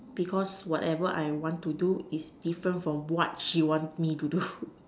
because whatever I want to do is different from what she want me to do